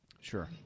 Sure